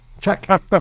Check